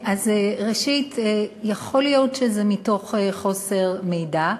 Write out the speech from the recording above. ראשית, יכול להיות שזה מתוך חוסר מידע,